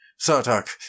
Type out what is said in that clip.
Sartak